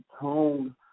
tone